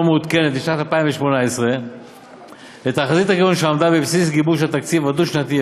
המעודכנת לשנת 2018 לתחזית הגירעון שעמדה בבסיס גיבוש התקציב הדו-שנתי,